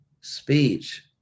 speech